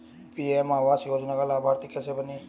PM आवास योजना का लाभर्ती कैसे बनें?